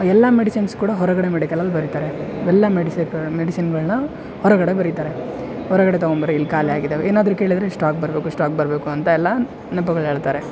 ಎಲ್ಲ ಮೆಡಿಸಿನ್ಸ್ ಕೂಡ ಹೊರಗಡೆ ಮೆಡಿಕಲಲ್ಲಿ ಬರೀತಾರೆ ಎಲ್ಲ ಮೆಡಿಸೆ ಕ ಮೆಡಿಸಿನ್ಗಳನ್ನ ಹೊರಗಡೆ ಬರೀತಾರೆ ಹೊರಗಡೆ ತಗೊಂಬರಿ ಇಲ್ಲಿ ಖಾಲಿಯಾಗಿದಾವೆ ಏನಾದರೂ ಕೇಳಿದರೆ ಸ್ಟಾಕ್ ಬರಬೇಕು ಸ್ಟಾಕ್ ಬರಬೇಕು ಅಂತ ಎಲ್ಲ ನೆಪಗಳು ಹೇಳ್ತಾರೆ